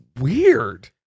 weird